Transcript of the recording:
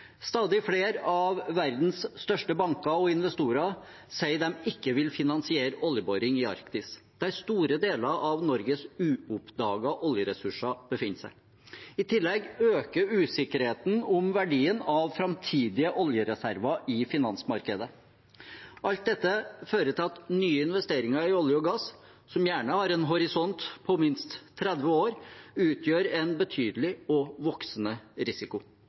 Stadig flere av verdens største banker og investorer sier de ikke vil finansiere oljeboring i Arktis, der store deler av Norges uoppdagede oljeressurser befinner seg. I tillegg øker usikkerheten om verdien av framtidige oljereserver i finansmarkedet. Alt dette fører til at nye investeringer i olje og gass, som gjerne har en horisont på minst 30 år, utgjør en betydelig og voksende risiko.